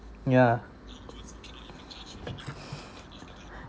yeah